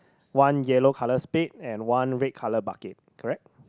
one yellow colour spade and one red colour bucket